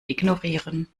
ignorieren